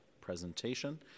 presentation